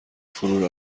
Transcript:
فرو